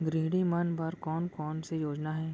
गृहिणी मन बर कोन कोन से योजना हे?